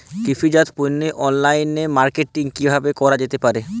কৃষিজাত পণ্যের online marketing কিভাবে করা যেতে পারে?